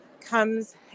comes